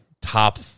top